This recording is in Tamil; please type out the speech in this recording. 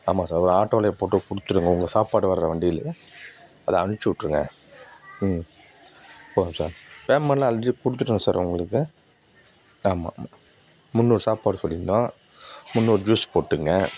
ஆமாம் சார் ஒரு ஆட்டோலேயே போட்டு கொடுத்துருங்க உங்க சாப்பாடு வர வண்டிலேயே அது அனுப்பிச்சுட்ருங்க ம் போதும் சார் பேமெண்ட்லாம் ஆல்ரெடி கொடுத்துட்டேன் சார் உங்களுக்கு ஆமாமாம் முந்நூறு சாப்பாடு சொல்லியிருந்தோம் முந்நூறு ஜூஸ் போட்டுக்கங்க